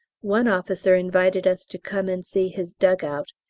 one officer invited us to come and see his dug-out,